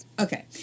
Okay